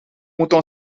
moeten